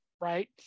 right